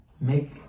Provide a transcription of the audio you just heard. make